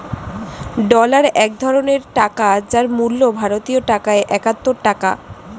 dollar এক ধরনের টাকা যার মূল্য ভারতীয় টাকায় একাত্তর টাকা